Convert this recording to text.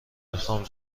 میخام